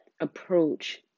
approach